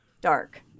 dark